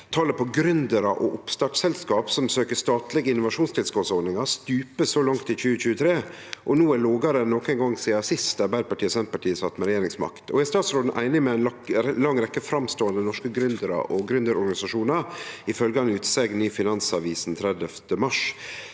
talet på gründerar og oppstartselskap som søker statlege innovasjonstilskotsordningar, stuper så langt i 2023 og no er lågare enn nokon gong sidan sist Arbeidarpartiet og Senterpartiet sat med regjeringsmakt, og er statsråden einig med ei lang rekke framståande norske gründerar og gründerorganisasjonar i følgande utsegn i Finansavisen 30. mars: